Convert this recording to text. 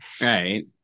Right